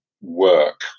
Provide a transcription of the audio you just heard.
work